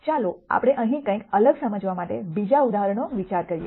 ચાલો આપણે અહીં કંઈક અલગ સમજાવવા માટે બીજા ઉદાહરણનો વિચાર કરીએ